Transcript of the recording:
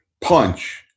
punch